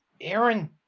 Aaron